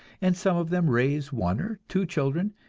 and some of them raise one or two children,